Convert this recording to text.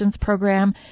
program